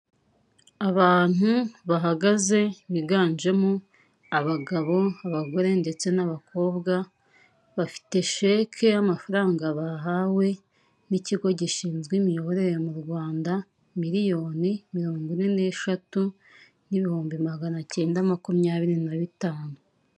Abantu bahagaze; biganjemo abagabo, abagore, ndetse n'abakobwa, bafite sheke y'amafaranga bahawe n'ikigo gishinzwe imiyoborere mu Rwanda, miliyoni mirongo ine n'eshatu n'ibihumbi magana kenda, makumyabiri na bitanu.